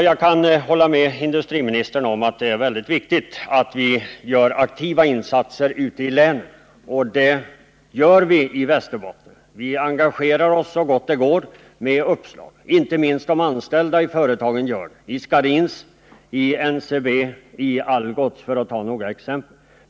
Jag kan hålla med industriministern om att det är mycket viktigt att vi gör aktiva insatser ute i länet, och det gör vi i Västerbotten. Vi engagerar oss så gott det går med uppslag. Inte minst de anställda i länet gör det — i Scharins, NCB, Algots, för att ta några exempel.